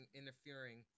interfering